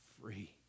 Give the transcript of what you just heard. free